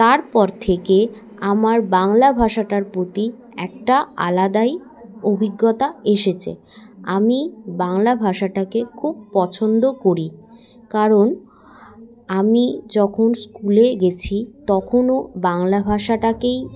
তারপর থেকে আমার বাংলা ভাষাটার প্রতি একটা আলাদাই অভিজ্ঞতা এসেছে আমি বাংলা ভাষাটাকে খুব পছন্দ করি কারণ আমি যখন স্কুলে গেছি তখনও বাংলা ভাষাটাকেই